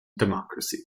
democracy